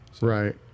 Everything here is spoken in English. Right